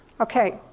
Okay